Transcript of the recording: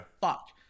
fuck